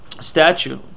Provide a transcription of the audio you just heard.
statue